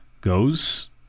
goes